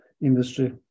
industry